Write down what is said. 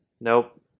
Nope